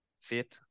fit